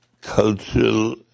cultural